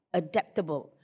adaptable